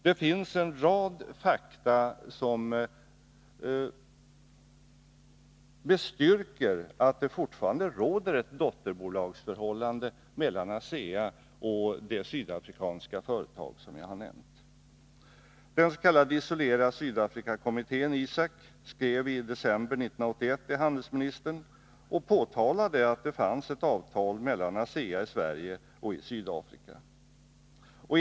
Det finns en rad fakta som bestyrker att det fortfarande råder ett dotterbolagsförhållande mellan ASEA och det sydafrikanska företag som jag har nämnt. Den s.k. Isolera Sydafrika-kommittén, ISAK, skrev i december 1981 till handelsministern och påtalade att det finns ett avtal mellan ASEA i Sverige och ASEA i Sydafrika.